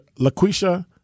LaQuisha